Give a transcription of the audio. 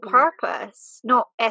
purpose—not